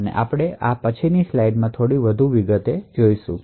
આપણે આને પછીની સ્લાઇડમાં થોડી વધુ વિગતોમાં જોશું